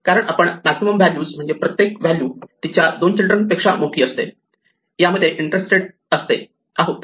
कारण आपण maximum values म्हणजेच प्रत्येक व्हॅल्यू तिच्या दोन चिल्ड्रन पेक्षा मोठी असते यामध्ये इंटरेस्टेड आहोत